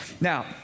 now